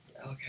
Okay